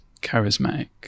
charismatic